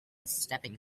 stepping